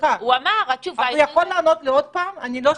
מותר לו לקבל כסף?